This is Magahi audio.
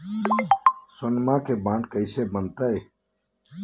सोनमा के बॉन्ड कैसे बनते?